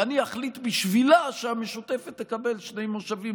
ואני אחליט בשבילה שהמשותפת תקבל שני מושבים,